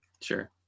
Sure